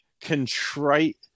contrite